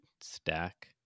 stack